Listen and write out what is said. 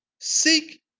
Seek